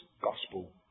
Gospel